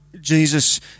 Jesus